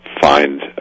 find